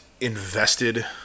invested